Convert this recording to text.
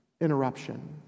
interruption